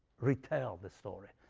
retell the story,